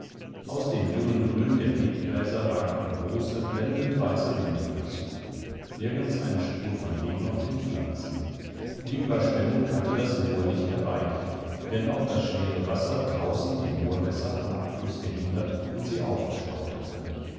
aus dem jungen grün der riedgräser ragten große blendend weiße windröschen nirgends eine spur von lehm auf den pflanzen die überschwemmung hatte das moor nicht erreicht wenn auch das schwere wasser draußen die moorwässer am abfluß gehindert und sie aufgestaut hatte